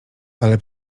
ale